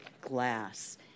glass